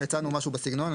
הצענו משהו בסגנון.